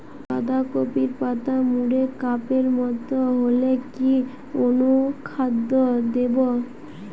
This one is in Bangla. বাঁধাকপির পাতা মুড়ে কাপের মতো হলে কি অনুখাদ্য দেবো?